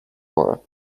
war